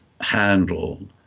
handle